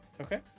okay